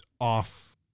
off